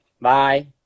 bye